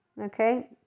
Okay